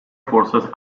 forces